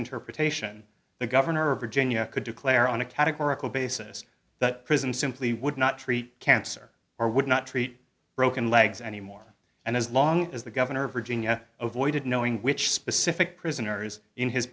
interpretation the governor of virginia could declare on a categorical basis that prison simply would not treat cancer or would not treat broken legs any more and as long as the governor of virginia ovoid knowing which specific prisoners in his